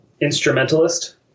instrumentalist